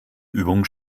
übung